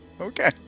Okay